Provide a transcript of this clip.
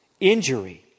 injury